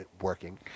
working